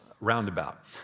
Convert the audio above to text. roundabout